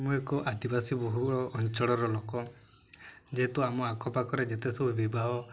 ମୁଁ ଏକ ଆଦିବାସୀ ବହୁଳ ଅଞ୍ଚଳର ଲୋକ ଯେହେତୁ ଆମ ଆଖପାଖରେ ଯେତେ ସବୁ ବିବାହ